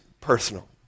personal